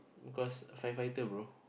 cause firefighter bro